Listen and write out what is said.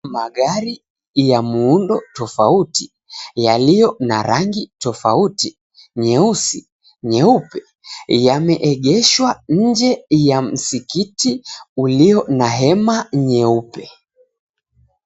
Magari ya muundo tofauti yaliyo na rangi tofauti; nyeusi, nyeupe yameegeshwa nje ya msikiti ulio na hema nyeupe.